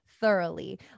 thoroughly